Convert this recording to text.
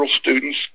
students